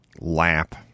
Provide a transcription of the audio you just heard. lap